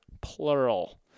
plural